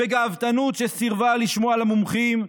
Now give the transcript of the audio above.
בגאוותנות שסירבה לשמוע למומחים,